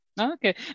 Okay